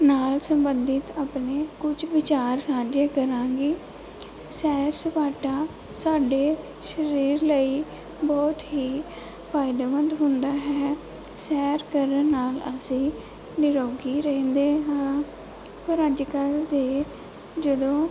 ਨਾਲ ਸੰਬੰਧਿਤ ਆਪਣੇ ਕੁਝ ਵਿਚਾਰ ਸਾਂਝੇ ਕਰਾਂਗੀ ਸੈਰ ਸਪਾਟਾ ਸਾਡੇ ਸਰੀਰ ਲਈ ਬਹੁਤ ਹੀ ਫਾਇਦੇਮੰਦ ਹੁੰਦਾ ਹੈ ਸੈਰ ਕਰਨ ਨਾਲ ਅਸੀਂ ਨਿਰੋਗੀ ਰਹਿੰਦੇ ਹਾਂ ਪਰ ਅੱਜ ਕੱਲ੍ਹ ਦੇ ਜਦੋਂ